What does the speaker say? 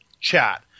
chat